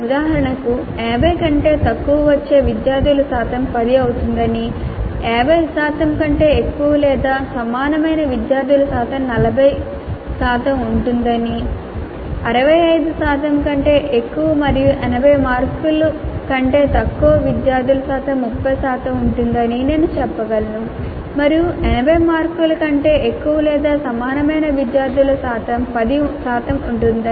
ఉదాహరణకు 50 కంటే తక్కువ వచ్చే విద్యార్థుల శాతం 10 అవుతుందని 50 శాతం కంటే ఎక్కువ లేదా సమానమైన విద్యార్థుల శాతం 40 శాతం ఉంటుందని 65 శాతం కంటే ఎక్కువ మరియు 80 మార్కుల కంటే తక్కువ విద్యార్థుల శాతం 30 శాతం ఉంటుందని నేను చెప్పగలను మరియు 80 మార్కుల కంటే ఎక్కువ లేదా సమానమైన విద్యార్థుల శాతం 10 శాతం ఉంటుంది